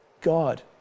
God